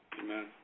Amen